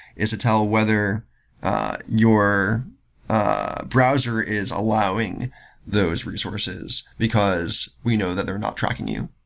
is to tell whether your ah browser is allowing those resources, because we know that they're not tracking you.